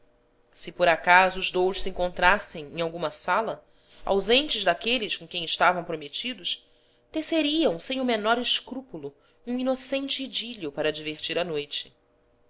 se por acaso os dous se encontrassem em alguma sala ausentes daqueles com quem estavam prometidos teceriam sem o menor escrúpulo um inocente idílio para divertir a noite